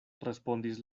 respondis